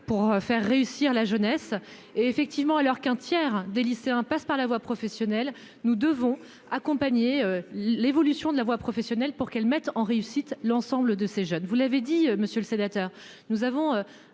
pour faire réussir la jeunesse et effectivement à l'heure qu'un tiers des lycéens passent par la voie professionnelle, nous devons accompagner l'évolution de la voie professionnelle pour qu'elle mette en réussite, l'ensemble de ces jeunes, vous l'avez dit, monsieur le sénateur, nous avons